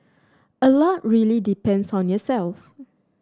a lot really depends on yourself